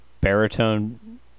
baritone